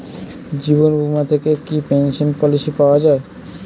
জীবন বীমা থেকে কি পেনশন পলিসি পাওয়া যায়?